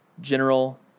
General